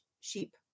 sheep